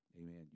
Amen